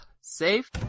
safe